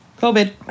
COVID